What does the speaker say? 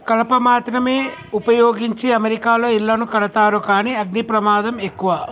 కలప మాత్రమే వుపయోగించి అమెరికాలో ఇళ్లను కడతారు కానీ అగ్ని ప్రమాదం ఎక్కువ